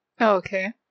okay